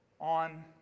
on